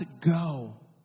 go